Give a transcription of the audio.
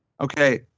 Okay